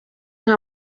nka